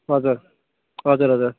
हजुर हजुर हजुर